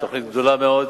זאת תוכנית גדולה מאוד,